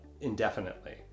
indefinitely